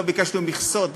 לא ביקשנו מכסות,